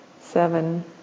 seven